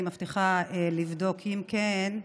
אני מבטיחה לבדוק, כי אם כן,